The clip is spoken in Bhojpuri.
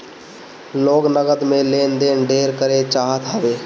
लोग नगद में लेन देन ढेर करे चाहत हवे